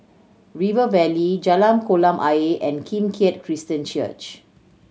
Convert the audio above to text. River Valley Jalan Kolam Ayer and Kim Keat Christian Church